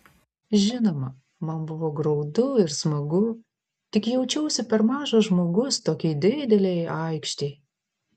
žinoma man buvo graudu ir smagu tik jaučiausi per mažas žmogus tokiai didelei aikštei